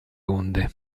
onde